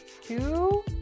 two